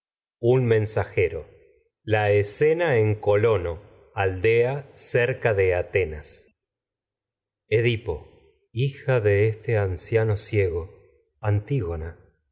un mensajero ismena la escena en colono aldea cerca de atenas edipo hija de este anciano ciego